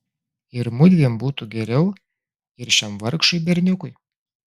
ir mudviem būtų geriau ir šiam vargšui berniukui